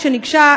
כשניגשה,